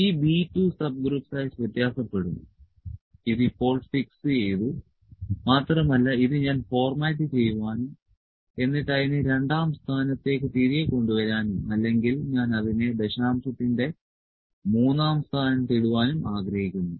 ഈ B2 subgroup size വ്യത്യാസപ്പെടും ഇത് ഇപ്പോൾ ഫിക്സ് ചെയ്തു മാത്രമല്ല ഇത് ഞാൻ ഫോർമാറ്റ് ചെയ്യുവാനും എന്നിട്ട് അതിനെ രണ്ടാം സ്ഥാനത്തേക്ക് തിരികെ കൊണ്ടുവരാനും അല്ലെങ്കിൽ ഞാൻ അതിനെ ദശാംശത്തിന്റെ മൂന്നാം സ്ഥാനത്ത് ഇടുവാനും ആഗ്രഹിക്കുന്നു